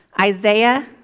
Isaiah